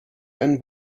and